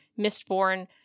Mistborn